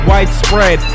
Widespread